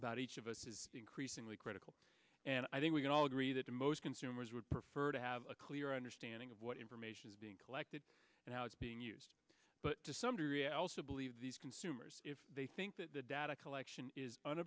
about each of us is increasingly critical and i think we can all agree that most consumers would prefer to have a clear understanding of what information is being collected and how it's being used but to some degree i also believe these consumers if they think that the data collection is